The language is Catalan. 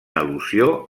al·lusió